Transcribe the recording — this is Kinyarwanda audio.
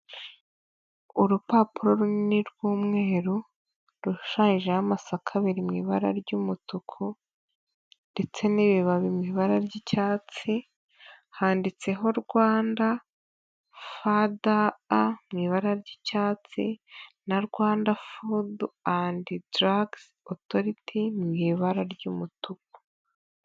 Urupapuro runini rw'umweru, rushushanyijeho amasaka abiri mu ibara ry'umutuku, ndetse n'ibibabi mu ibara ry'icyatsi, handitseho Rwanda FDA mu ibara ry'icyatsi, na Rwanda Food and Drugs Authority, mu ibara ry'umutuku.